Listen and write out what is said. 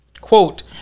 Quote